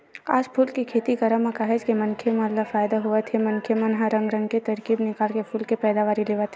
आज फूल के खेती करब म काहेच के मनखे मन ल फायदा होवत हे मनखे मन ह रंग रंग के तरकीब निकाल के फूल के पैदावारी लेवत हे